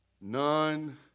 None